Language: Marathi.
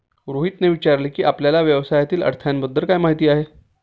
रोहितने विचारले की, आपल्याला व्यवसायातील अडथळ्यांबद्दल काय माहित आहे?